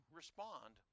respond